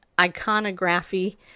iconography